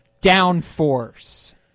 downforce